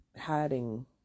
hiding